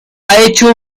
hecho